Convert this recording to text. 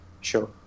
Sure